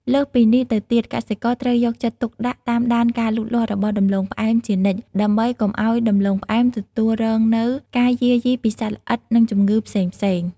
លើសពីនេះទៅទៀត កសិករត្រូវយកចិត្តទុកដាក់តាមដានការលូតលាស់របស់ដំឡូងផ្អែមជានិច្ច ដើម្បីកុំឱ្យដំឡូងផ្អែមទទួលរងនូវការយាយីពីសត្វល្អិត និងជំងឺផ្សេងៗ។